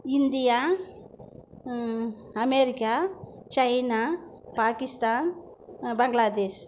India America China Pakistan Bangladesh